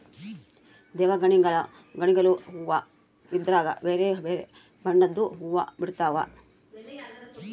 ದೇವಗಣಿಗಲು ಹೂವ್ವ ಇದ್ರಗ ಬೆರೆ ಬೆರೆ ಬಣ್ಣದ್ವು ಹುವ್ವ ಬಿಡ್ತವಾ